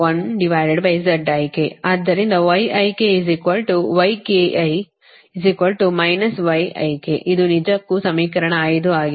ಆದ್ದರಿಂದ ಇದು ನಿಜಕ್ಕೂ ಸಮೀಕರಣ 5 ಆಗಿದೆ